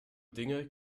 dinge